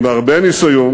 עם הרבה ניסיון